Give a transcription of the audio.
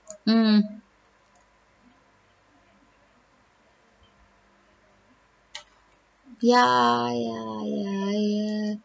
mm ya ya ya ya